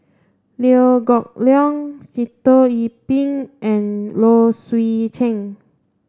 Liew Geok Leong Sitoh Yih Pin and Low Swee Chen